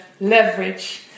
leverage